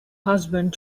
husband